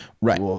Right